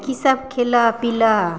किसब खएलह पिलह